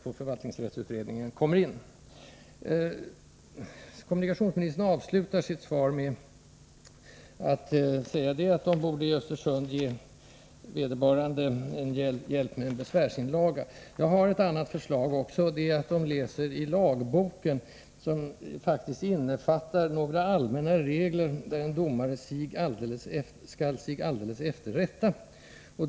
20 mars 1984 Kommunikationsministern avslutade sitt svar med att säga att man i Östersund borde ge vederbörande hjälp med en besvärsinlaga. Jag har också — Om handläggningett annat förslag, nämligen att man där läser i lagboken, som faktiskt — en av felparkeinnehåller några allmänna regler, ”där en domare skall sig alldeles efter ringsärenden rätta”.